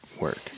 Work